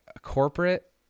corporate